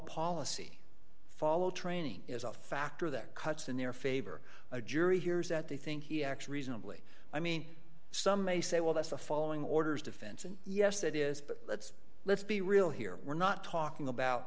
policy follow training is a factor that cuts in their favor a jury hears that they think he acts reasonably i mean some may say well that's the following orders defense and yes that is but let's let's be real here we're not talking about